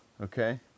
okay